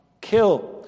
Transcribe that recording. kill